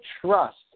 trust